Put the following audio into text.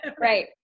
Right